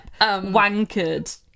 Wankered